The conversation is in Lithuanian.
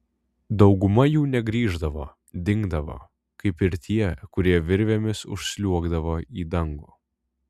dauguma jų negrįždavo dingdavo kaip ir tie kurie virvėmis užsliuogdavo į dangų